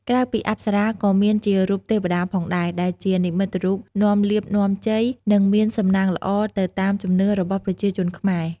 ក្រៅពីអប្សរាក៏មានជារូបទេវតាផងដែរ ដែលជានិមិត្តរូបនាំលាភនាំជ័យ និងមានសំណាងល្អទៅតាមជំនឿរបស់ប្រជាជនខ្មែរ។